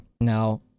Now